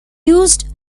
used